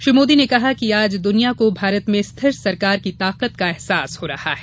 श्री मोदी ने कहा कि आज दुनिया को भारत में स्थिर सरकार की ताकत का अहसास हो रहा है